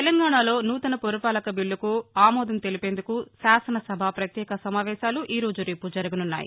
తెలంగాణాలో నూతన పురపాలక బిల్లుకు ఆమోదం తెలిపేందుకు శాసనసభ పత్యేక సమావేశాలు ఈరోజు రేపు జరగనున్నాయి